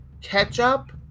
ketchup